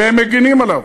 והם מגינים עליו,